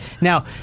Now